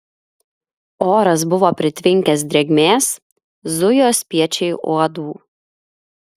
oras buvo pritvinkęs drėgmės zujo spiečiai uodų